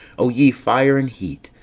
o ye fire and heat,